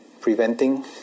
preventing